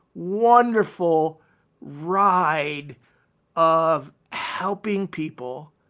wonderful ride of helping people,